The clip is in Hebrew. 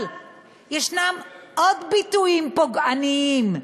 אבל יש עוד ביטויים פוגעניים,